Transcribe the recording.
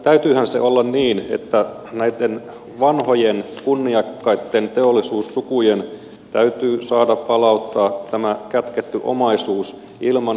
täytyyhän sen olla niin että näitten vanhojen kunniakkaitten teollisuussukujen täytyy saada palauttaa tämä kätketty omaisuus ilman